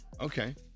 Okay